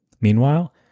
Meanwhile